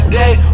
day